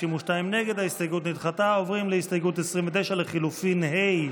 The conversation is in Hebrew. הסתייגות 29 לחלופין ג'